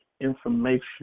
information